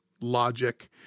Logic